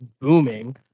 booming